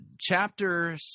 chapter